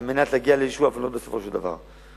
כדי להגיע לישועה בסופו של דבר.